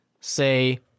say